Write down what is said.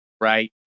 right